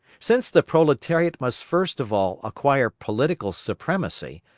since the proletariat must first of all acquire political supremacy,